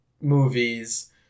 movies